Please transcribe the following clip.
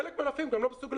חלק מהענפים גם לא מסוגלים